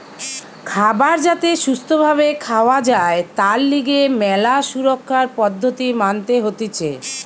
খাবার যাতে সুস্থ ভাবে খাওয়া যায় তার লিগে ম্যালা সুরক্ষার পদ্ধতি মানতে হতিছে